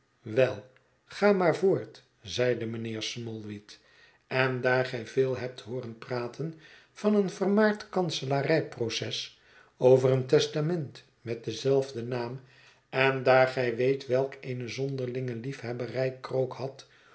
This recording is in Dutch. wel ga maar voort zeide mijnheer smallweed en daar gij veel hebt hooren praten van een vermaard kanselarij proces over een testament met denzelfden naam en daar gij weet welk eene zonderlinge liefhebberij krook had